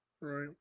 Right